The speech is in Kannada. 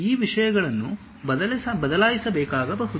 ಈ ವಿಷಯಗಳನ್ನು ಬದಲಾಯಿಸಬೇಕಾಗಬಹುದು